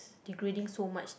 degrading so much